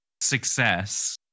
success